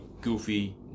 goofy